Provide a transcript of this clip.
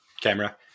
camera